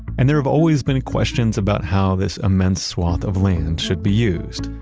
and there have always been questions about how this immense swath of land should be used.